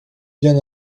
bien